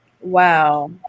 Wow